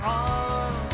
on